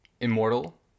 immortal